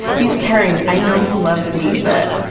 he's carrying i know he loves me, but,